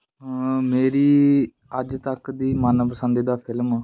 ਮੇਰੀ ਅੱਜ ਤੱਕ ਦੀ ਮਨ ਪਸੰਦੀਦਾ ਫਿਲਮ